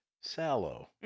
Sallow